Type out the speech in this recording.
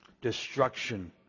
destruction